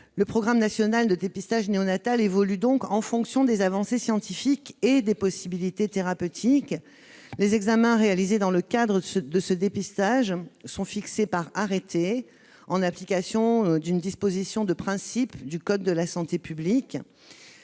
Le programme national de dépistage néonatal évolue donc en fonction des avancées scientifiques et des possibilités thérapeutiques. Les examens réalisés dans le cadre de ce dépistage sont fixés par arrêté, en application d'une disposition de principe du code de la santé publique.